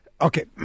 okay